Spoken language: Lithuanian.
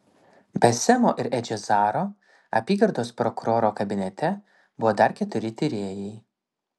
be semo ir edžio zaro apygardos prokuroro kabinete buvo dar keturi tyrėjai